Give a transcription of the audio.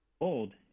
old